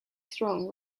strong